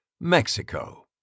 Mexico